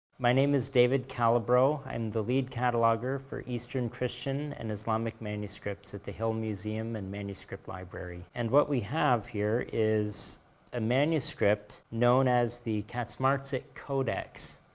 my name is david calabro, i'm and the lead cataloguer for eastern christian and islamic manuscripts at the hill museum and manuscript library. and what we have here is a manuscript known as the kacmarcik codex.